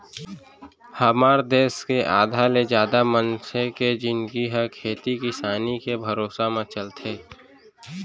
हमर देस के आधा ले जादा मनसे के जिनगी ह खेती किसानी के भरोसा म चलत हे